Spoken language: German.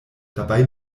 dabei